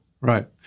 right